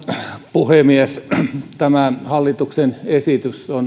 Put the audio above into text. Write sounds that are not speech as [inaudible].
puhemies tämä hallituksen esitys on [unintelligible]